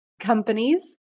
companies